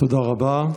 תודה רבה.